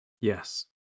Yes